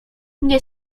nie